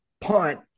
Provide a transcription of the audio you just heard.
punt